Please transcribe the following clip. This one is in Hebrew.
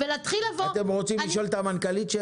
יש לכם שאלה למנכ"לית?